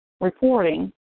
reporting